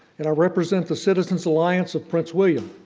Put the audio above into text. and i represent the citizens alliance of prince william.